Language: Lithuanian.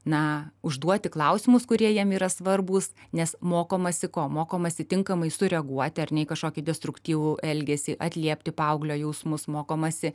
na užduoti klausimus kurie jiem yra svarbūs nes mokomasi ko mokomasi tinkamai sureaguoti ar ne įkažkokį destruktyvų elgesį atliepti paauglio jausmus mokomasi